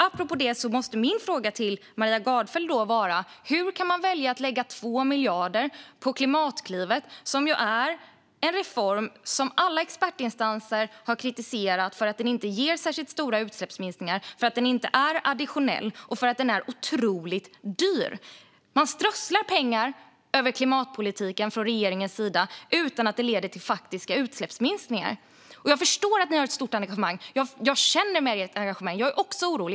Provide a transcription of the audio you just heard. Apropå det måste min fråga till Maria Gardfjell bli: Hur kan man välja att lägga 2 miljarder på Klimatklivet, som ju är en reform som alla expertinstanser har kritiserat för att den inte ger särskilt stora utsläppsminskningar eftersom den inte är additionell? Däremot är den otroligt dyr. Regeringen strösslar pengar över klimatpolitiken utan att det leder till faktiska utsläppsminskningar. Jag förstår att ni har ett stort engagemang, och jag känner med ert engagemang, Maria Gardfjell. Jag är också orolig.